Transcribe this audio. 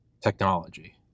technology